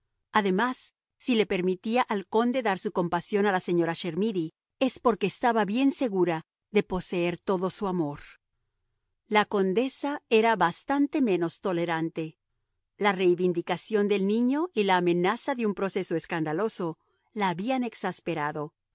además si le permitía al conde dar su compasión a la señora chermidy es porque estaba bien segura de poseer todo su amor la condesa era bastante menos tolerante la reivindicación del niño y la amenaza de un proceso escandaloso la habían exasperado